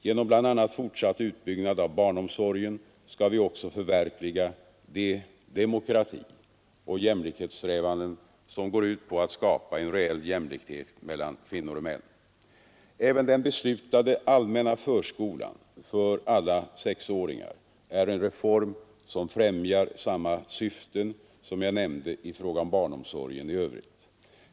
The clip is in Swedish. Genom bl.a. fortsatt utbyggnad av barnomsorgen skall vi också förverkliga de demokratioch jämlikhetssträvanden, som går ut på att skapa en reell jämställdhet mellan kvinnor och män. Även den beslutade allmänna förskolan för alla sexåringar är en reform, som främjar samma syften som jag nämnde i fråga om barnomsorgen i övrigt.